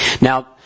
Now